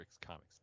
comics